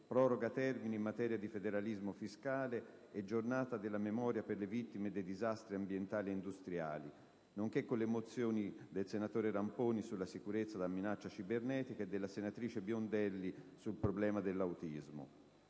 proroga termini in materia di federalismo fiscale e giornata della memoria per le vittime dei disastri ambientali e industriali, nonché le mozioni Ramponi sulla sicurezza da minaccia cibernetica e Biondelli sul problema dell'autismo.